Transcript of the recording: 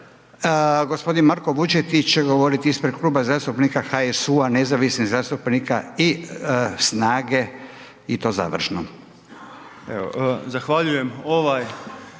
Gospodin Marko Vučetić će govoriti ispred Kluba zastupnika HSU-a, nezavisnih zastupnika i SNAGE i to završno.